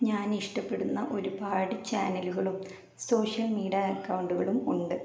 ഞാൻ ഇഷ്ടപ്പെടുന്ന ഒരുപാട് ചാനലുകളും സോഷ്യൽ മീഡിയ അക്കൗണ്ടുകളും ഉണ്ട്